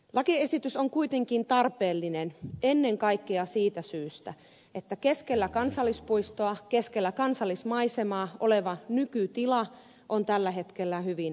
lakiesitys on kuitenkin tarpeellinen ennen kaikkea siitä syystä että keskellä kansallispuistoa keskellä kansallismaisemaa oleva nykytila on tällä hetkellä hyvin epätyydyttävä